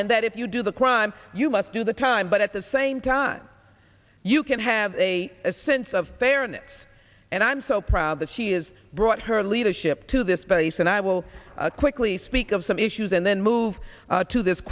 and that if you do the crime you must do the time but at the same time you can have a sense of fairness and i'm so proud that she is brought her leadership to this place and i will quickly speak of some issues and then move to this